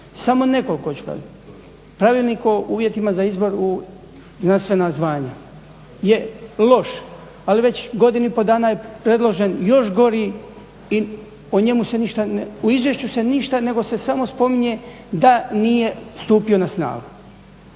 Samo …/Govornik se ne razumije./… Pravilnikom o uvjetima za izbor za znastvena zvanja je loš ali već godinu i pol dana je predložen još gori i o njemu se, u izvješću se ništa nego se samo spominje da nije stupio na snagu.